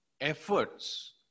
efforts